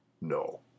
No